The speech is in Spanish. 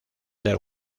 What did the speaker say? del